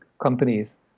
companies